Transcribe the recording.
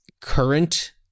current